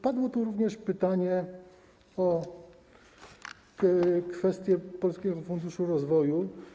Padło również pytanie o kwestię Polskiego Funduszu Rozwoju.